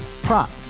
Prop